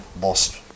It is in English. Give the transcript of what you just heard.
lost